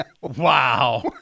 Wow